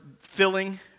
filling